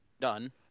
done